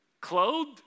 clothed